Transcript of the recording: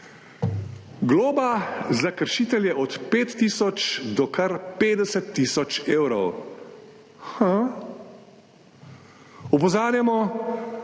Globa za kršitelje od 5 tisoč do kar 50 tisoč evrov? Opozarjamo,